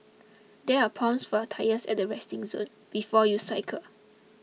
there are pumps for your tyres at the resting zone before you cycle